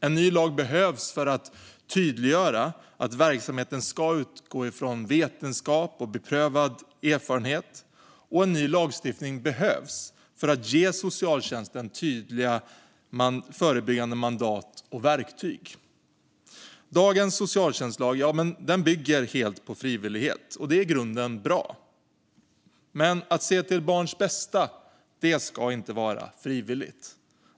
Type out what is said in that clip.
En ny lag behövs för att tydliggöra att verksamheten ska utgå från vetenskap och beprövad erfarenhet, och en ny lagstiftning behövs för att ge socialtjänsten tydliga förebyggande mandat och verktyg. Dagens socialtjänstlag bygger helt på frivillighet, och det är i grunden bra. Men att se till barns bästa ska inte vara frivilligt.